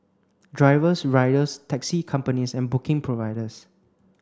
drivers riders taxi companies and booking providers